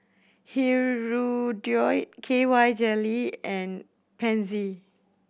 Hirudoid K Y Jelly and Pansy